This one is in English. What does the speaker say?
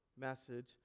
message